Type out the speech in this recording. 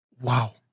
Wow